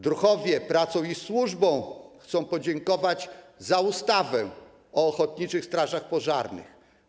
Druhowie pracą i służbą chcą podziękować za ustawę o ochotniczych strażach pożarnych.